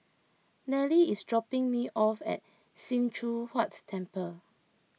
Nelly is dropping me off at Sim Choon Huat Temple